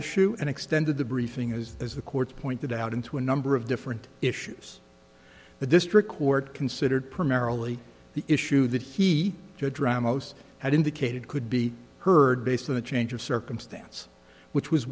issue and extended the briefing is the court's pointed out into a number of different issues the district court considered primarily the issue that he drowned most had indicated could be heard based on a change of circumstance which was